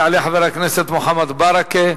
יעלה חבר הכנסת מוחמד ברכה,